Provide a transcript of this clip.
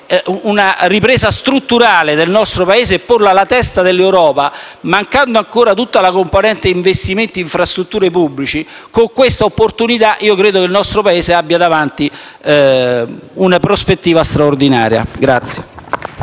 una ripresa strutturale del nostro Paese e porlo alla testa dell'Europa, mancando ancora tutta la componente investimenti pubblici in infrastrutture, con questa opportunità credo che il nostro Paese abbia davanti una prospettiva straordinaria.